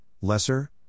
Lesser